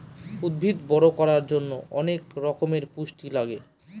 উদ্ভিদ বড়ো করার জন্য অনেক রকমের পুষ্টি লাগে